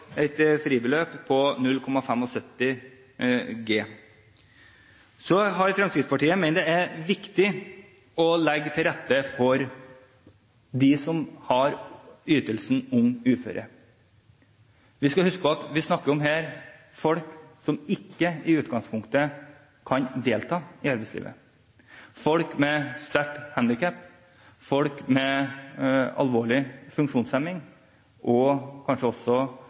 et fribeløp på 0,75 G. Fremskrittspartiet mener det er viktig å legge til rette for dem som har ytelse for uførhet. Vi skal huske på at vi her snakker om folk som i utgangspunktet ikke kan delta i arbeidslivet, folk med sterke handikap, folk med alvorlige funksjonshemninger, og kanskje også